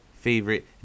favorite